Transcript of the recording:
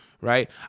Right